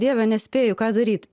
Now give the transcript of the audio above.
dieve nespėju ką daryt